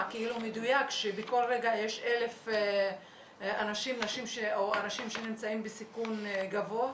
כאילו מדויק שבכל רגע יש 1,000 נשים שנמצאים בסיכון גבוה,